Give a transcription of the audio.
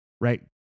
right